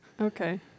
Okay